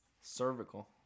Cervical